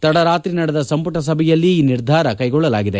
ತಡ ರಾತ್ರಿ ನಡೆದ ಸಂಪುಟ ಸಭೆಯಲ್ಲಿ ಈ ನಿರ್ಧಾರ ಕೈಗೊಳ್ಳಲಾಗಿದೆ